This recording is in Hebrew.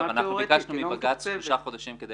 אנחנו ביקשנו מבג"ץ שלושה חודשים כדי